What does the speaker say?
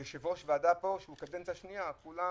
כיושב-ראש ועדה שהוא קדנציה שנייה כולם